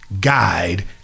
guide